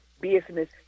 business